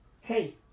hey